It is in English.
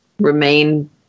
remain